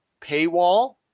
paywall